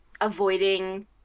avoiding